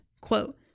Quote